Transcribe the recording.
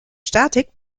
statik